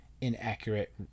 inaccurate